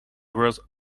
word